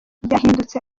byahindutse